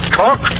talk